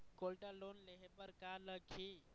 Gold loan लेहे बर का लगही?